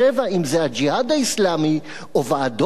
אם זה "הג'יהאד האסלאמי" או "ועדות ההתנגדות"